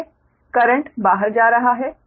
इसलिए करेंट बाहर जा रहा है